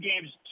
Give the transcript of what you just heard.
games